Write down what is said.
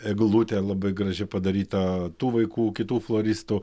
eglutė labai graži padaryta tų vaikų kitų floristų